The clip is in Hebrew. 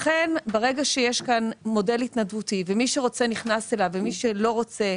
ברגע שיש כאן מודל התנדבותי ומי שרוצה נכנס אליו ומי שלא רוצה,